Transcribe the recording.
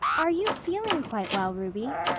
are you feeling quite well, ruby?